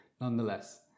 nonetheless